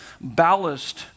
ballast